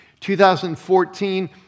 2014